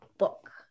book